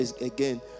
again